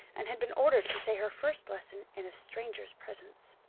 and had been ordered to say her first lesson in a stranger's presence.